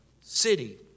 city